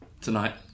tonight